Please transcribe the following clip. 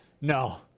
no